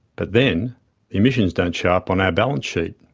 but then, the emissions don't show up on our balance sheet.